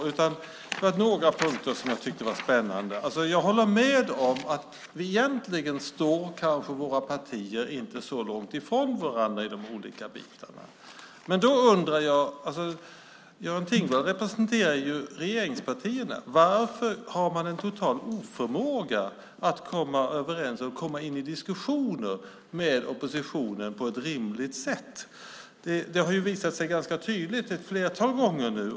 Det var några punkter som jag tyckte var spännande. Jag håller med om att våra partier kanske egentligen inte står så långt ifrån varandra i de olika frågorna. Men då undrar jag en sak. Göran Thingwall representerar ju regeringspartierna. Varför har man en total oförmåga att komma överens eller komma in i diskussioner med oppositionen på ett rimligt sätt? Det har visat sig ganska tydligt ett flertal gånger nu.